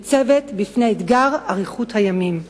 ניצבת בפני אתגר אריכות הימים.